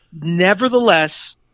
Nevertheless